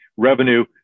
Revenue